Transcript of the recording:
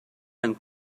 and